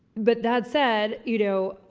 but that said, you know,